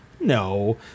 no